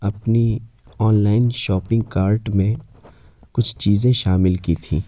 اپنی online shopping cart میں کچھ چیزیں شامل کی تھیں